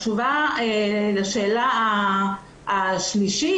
התשובה לשאלה השלישית,